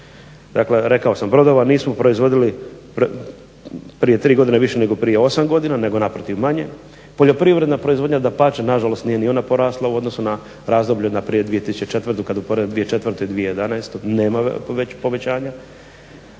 Dakle rekao sam brodova nismo proizvodili prije tri godine više nego prije 8 godina nego naprotiv manje, poljoprivredna proizvodnja dapače nažalost nije ni ona porasla u odnosu na razdoblje na prije 2004.kada uporedite 2004.i 2011.nema povećanja.